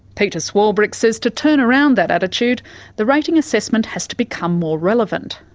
peter swarbrick says to turn around that attitude the rating assessment has to become more relevant.